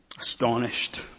astonished